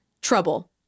Trouble